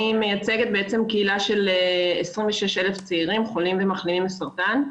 אני מייצגת קהילה של 26,000 צעירים חולים ומחלימים מסרטן.